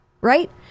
right